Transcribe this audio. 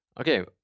Okay